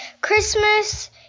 Christmas